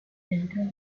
centro